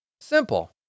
Simple